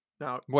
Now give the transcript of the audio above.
Now